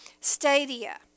stadia